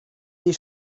des